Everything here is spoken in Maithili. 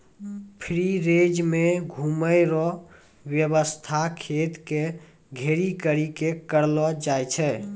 फ्री रेंज मे घुमै रो वेवस्था खेत के घेरी करी के करलो जाय छै